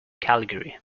calgary